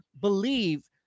believe